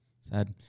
Sad